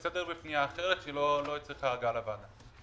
הסתדר בפנייה אחרת שלא הצריכה הגעה לוועדה.